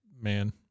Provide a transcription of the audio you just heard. Man